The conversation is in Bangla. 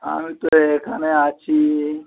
আমি তো এখানে আছি